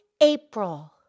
April